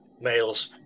Males